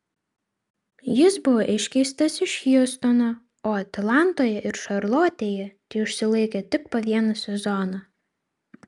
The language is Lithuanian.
jis buvo iškeistas iš hjustono o atlantoje ir šarlotėje teišsilaikė tik po vieną sezoną